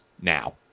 now